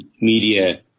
media